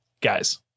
Guys